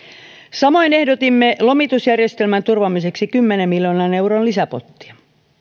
samoin ehdotimme lomitusjärjestelmän turvaamiseksi kymmenen miljoonan euron lisäpottia